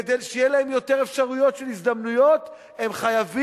כדי שיהיו להם יותר אפשרויות של הזדמנויות הם חייבים